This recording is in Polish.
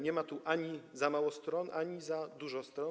Nie ma tu ani za mało stron, ani za dużo stron.